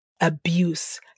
abuse